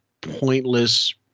pointless